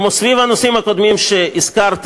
כמו סביב הנושאים הקודמים שהזכרתי,